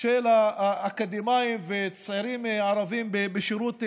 של האקדמאים והצעירים הערבים בשירות המדינה,